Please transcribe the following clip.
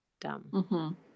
dumb